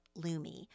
Lumi